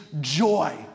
joy